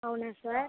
అవునా సార్